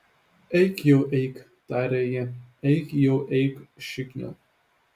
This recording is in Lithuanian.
eik jau eik tarė ji eik jau eik šikniau